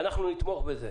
אנחנו נתמוך בזה.